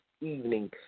evening